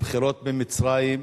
הבחירות במצרים,